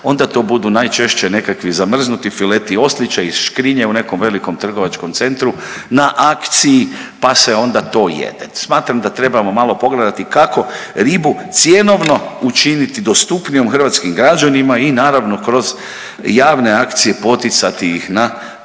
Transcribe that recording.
onda to budu najčešće nekakvi zamrznuti fileti oslića iz škrinje u nekom velikom trgovačkom centru na akciji, pa se onda to jede. Smatram da trebamo malo pogledati kako ribu cjenovno učiniti dostupnijom hrvatskim građanima i naravno kroz javne akcije poticati ih na